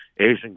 Asian